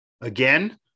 again